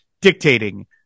dictating